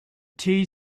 tea